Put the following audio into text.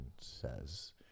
says